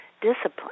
discipline